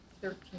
Thirteen